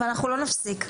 ואנחנו לא נפסיק,